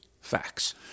facts